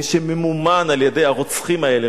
מי שממומן על-ידי הרוצחים האלה,